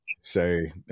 say